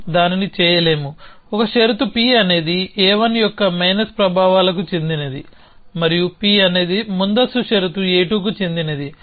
మనం దానిని చేయలేము ఒక షరతు P అనేది a1 యొక్క మైనస్ ప్రభావాలకు చెందినది మరియు P అనేది ముందస్తు షరతు a2కి చెందినది